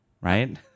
right